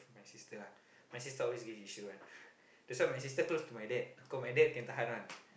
my sister ah my sister always have issue one that's why my sister close to my dad cause my dad can tahan one